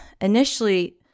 initially